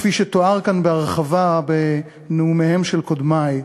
כפי שתואר כאן בהרחבה בנאומיהם של קודמי.